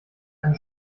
eine